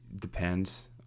depends